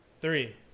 three